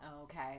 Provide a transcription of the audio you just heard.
Okay